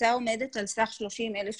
ההצעה עומדת על סך 30,000 שקלים.